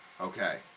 Okay